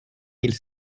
mille